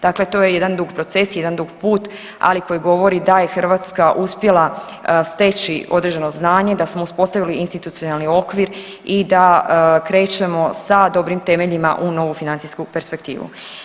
Dakle, to je jedan dug proces, jedan dug put, ali koji govori da je Hrvatska uspjela steći određeno znanje, da smo uspostavili institucionalni okvir i da krećemo sa dobrim temeljima u novu financijsku perspektivu.